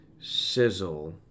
Sizzle